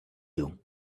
you